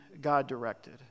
God-directed